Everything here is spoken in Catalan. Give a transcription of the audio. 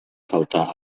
faltar